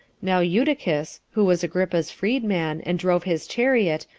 now eutychus, who was agrippa's freed-man, and drove his chariot,